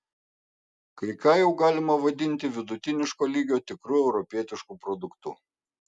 kai ką jau galima vadinti vidutiniško lygio tikru europietišku produktu